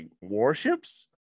warships